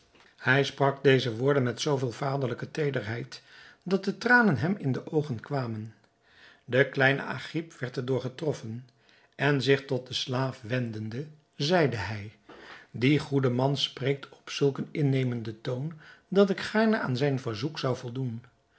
hij sprak deze woorden met zoo veel vaderlijke teederheid dat de tranen hem in de oogen kwamen de kleine agib werd er door getroffen en zich tot den slaaf wendende zeide hij die goede man spreekt op zulk een innemenden toon dat ik gaarne aan zijn verzoek zou voldoen